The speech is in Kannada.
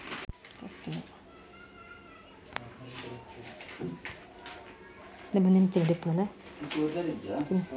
ಕ್ರೆಡಿಟ್ ಕಾರ್ಡ್ ನಿಂದ ಪರ್ಚೈಸ್ ಮಾಡಿದರೆ ಆ ಹಣ ಅಕೌಂಟಿನಿಂದ ಕಟ್ ಆಗಲು ಎಷ್ಟು ದಿನದ ವಾಯಿದೆ ಇದೆ?